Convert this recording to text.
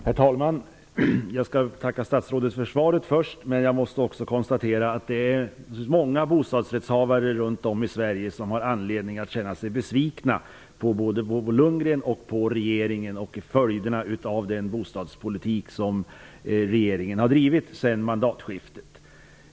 Herr talman! Jag vill först tacka statsrådet för svaret. Men jag måste också konstatera att det finns många bostadsrättshavare runt om i Sverige som har anledning att känna sig besvikna på både Bo Lundgren och regeringen och när det gäller följderna av den bostadspolitik som regeringen har drivit sedan mandatskiftet.